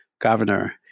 governor